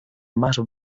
más